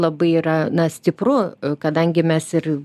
labai yra na stipru kadangi mes ir